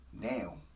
now